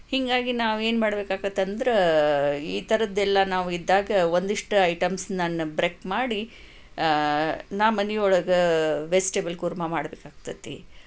ಹೀಗಾಗಿ ನಾವು ಏನು ಮಾಡ್ಬೇಕಾಕತ್ ಅಂದರೆ ಈ ಥರದ್ದೆಲ್ಲ ನಾವು ಇದ್ದಾಗ ಒಂದಿಷ್ಟು ಐಟೆಮ್ಸನ್ನು ಬ್ರೆಕ್ ಮಾಡಿ ನಾನು ಮನಿಯೊಳಗೆ ವೆಜ್ಟೇಬಲ್ ಕುರ್ಮ ಮಾಡ್ಬೇಕಾಕ್ತತಿ